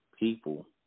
People